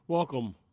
Welcome